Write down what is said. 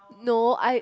no I